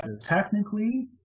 Technically